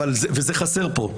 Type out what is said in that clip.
וזה חסר פה.